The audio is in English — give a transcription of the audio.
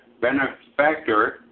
benefactor